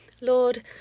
Lord